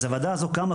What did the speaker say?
הוועדה הזו קמה,